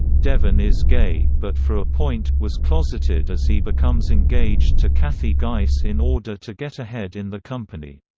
devon is gay, but for a point, was closeted as he becomes engaged to kathy geiss in order to get ahead in the company.